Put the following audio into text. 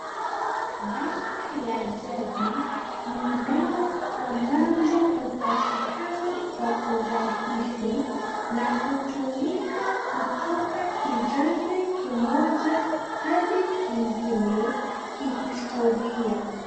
Dawa ya jadi, ni daa amabazo hupatikana kwa urahisi na hutumika kutoka kizazi kimoja hadi kingine kihistoria.